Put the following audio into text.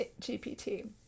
GPT